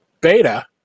beta